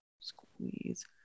Squeeze